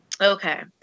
okay